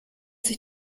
sich